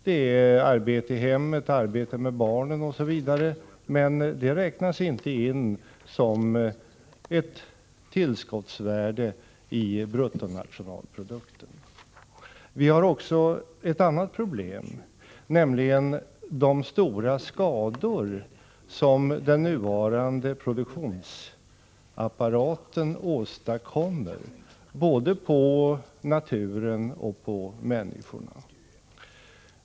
Det är arbete i hemmet, arbete med barnen osv., men det räknas inte in som ett tillskottsvärde i bruttonationalprodukten. Vi har också ett annat problem, nämligen de stora skador som den nuvarande produktionsapparaten åstadkommer både på naturen och på människorna.